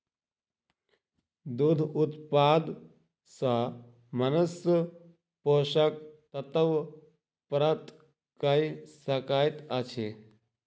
दूध उत्पाद सॅ मनुष्य पोषक तत्व प्राप्त कय सकैत अछि